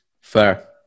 Fair